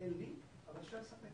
אין לי, אבל אפשר לספק.